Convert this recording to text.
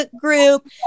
group